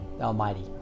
Almighty